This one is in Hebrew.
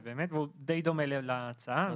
והוא די דומה להצעה.